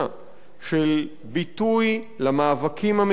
של ביטוי למאבקים המקומיים,